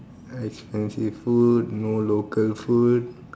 expensive food no local food